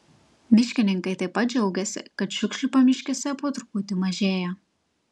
miškininkai taip pat džiaugiasi kad šiukšlių pamiškėse po truputį mažėja